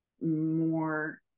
more